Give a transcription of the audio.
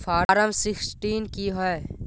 Form sixteen की होय?